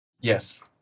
yes